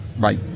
Bye